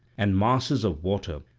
and masses of water,